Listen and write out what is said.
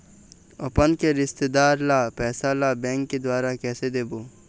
अपन के रिश्तेदार ला पैसा ला बैंक के द्वारा कैसे देबो?